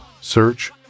search